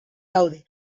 gaude